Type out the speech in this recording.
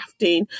crafting